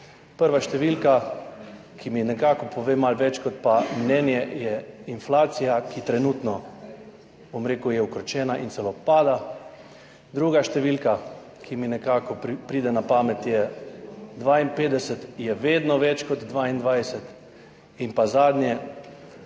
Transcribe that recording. Prva številka, ki mi nekako pove malo več kot pa mnenje, je inflacija, ki trenutno, bom rekel, je ukročena in celo pada. Druga številka, ki mi nekako pride na pamet, je 52, je vedno več kot 22. In pa zadnje,